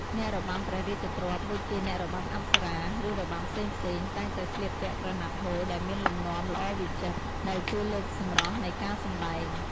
អ្នករបាំព្រះរាជទ្រព្យ ដូចជាអ្នករបាំអប្សរា ឬរបាំផ្សេងៗ តែងតែស្លៀកពាក់ក្រណាត់ហូលដែលមានលំនាំល្អវិចិត្រ ដែលជួយលើកសម្រស់នៃការសម្តែង។